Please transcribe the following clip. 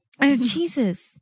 Jesus